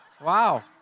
Wow